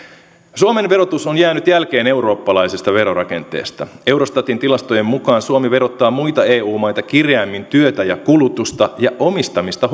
suomen verotus on jäänyt jälkeen eurooppalaisesta verorakenteesta eurostatin tilastojen mukaan suomi verottaa muita eu maita kireämmin työtä ja kulutusta ja omistamista